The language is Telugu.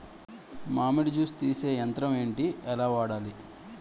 మామిడి జూస్ తీసే యంత్రం ఏంటి? ఎలా వాడాలి?